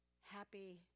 happy